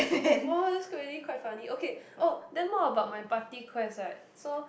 !wah! that's good really quite funny okay oh then more about my party quest right so